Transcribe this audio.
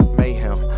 mayhem